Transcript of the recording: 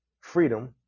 freedom